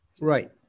Right